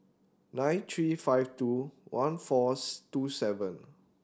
nine three five two one fourth two seven